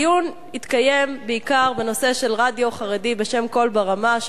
הדיון התקיים בעיקר בנושא של רדיו חרדי בשם "קול ברמה",